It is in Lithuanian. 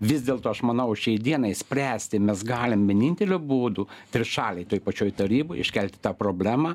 vis dėlto aš manau šiai dienai spręsti mes galim vieninteliu būdu trišalėj toj pačioj taryboj iškelti tą problemą